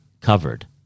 covered